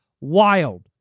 wild